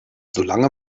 solange